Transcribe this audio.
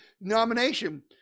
nomination